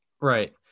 right